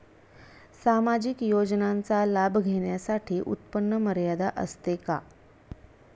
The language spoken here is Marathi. सामाजिक योजनांचा लाभ घेण्यासाठी उत्पन्न मर्यादा असते का?